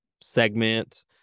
segment